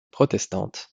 protestante